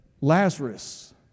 Lazarus